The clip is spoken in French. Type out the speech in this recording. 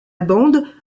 bande